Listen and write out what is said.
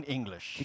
English